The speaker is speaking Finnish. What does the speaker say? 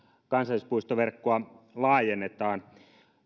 kansallispuistoverkkoa laajennetaan